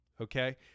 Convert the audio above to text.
Okay